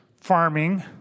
farming